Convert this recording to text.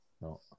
No